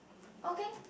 okay